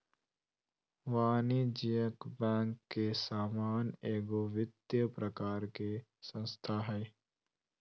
वाणिज्यिक बैंक के समान एगो वित्तिय प्रकार के संस्था हइ